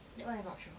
that one I not sure